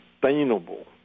sustainable